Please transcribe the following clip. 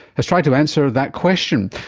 has tried to answer that question.